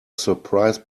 surprise